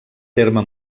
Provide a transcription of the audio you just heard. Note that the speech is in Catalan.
terme